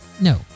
No